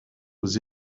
aux